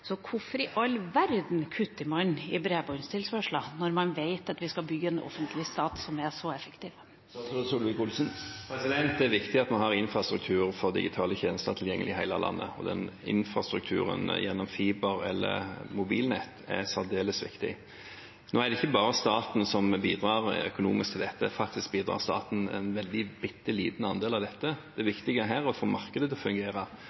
Hvorfor i all verden kutter man i bredbåndstilførselen – når man vet at vi skal bygge en offentlig stat som er effektiv? Det er viktig at man har infrastruktur for digitale tjenester tilgjengelig i hele landet, og infrastrukturen gjennom fiber eller mobilnett er særdeles viktig. Nå er det ikke bare staten som bidrar økonomisk til dette – faktisk bidrar staten til en bitte liten andel av dette. Det viktige her er å få markedet til å fungere.